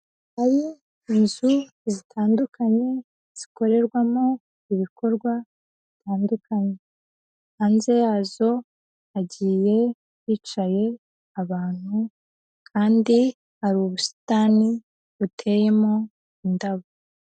Hari inzu zitandukanye zikorerwamo ibikorwa bitandukanye, hanze yazo hagiye hicaye abantu kandi hari ubusitani buteyemo indabo.